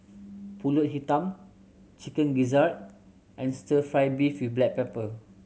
Pulut Hitam Chicken Gizzard and Stir Fry beef with black pepper